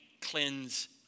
cleanse